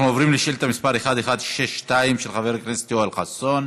אנחנו עוברים לשאילתה מס' 1162 של חבר הכנסת יואל חסון,